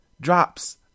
drops